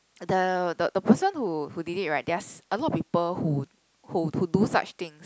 the the the person who who did it right there are a lot of people who who who do such things